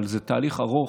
אבל זה תהליך ארוך.